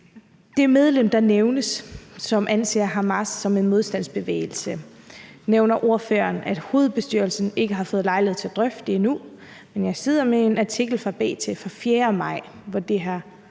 det medlem, der nævnes, og som anser Hamas som en modstandsbevægelse. Nu nævner ordføreren, at hovedbestyrelsen ikke har haft lejlighed til at drøfte det endnu, men jeg sidder med en artikel fra B.T. fra den 4. maj, hvor det her